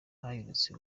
baherutse